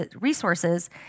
resources